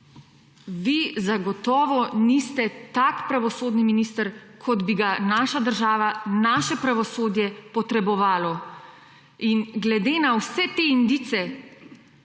Vi zagotovo niste tak pravosodni minister, kot bi ga naša država, naše pravosodje potrebovalo. Glede na vse te indice,